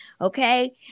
Okay